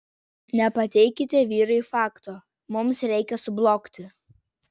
nepateikite vyrui fakto mums reikia sublogti